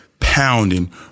Pounding